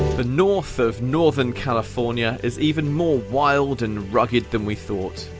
the north of northern california is even more wild and rugged than we thought.